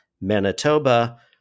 Manitoba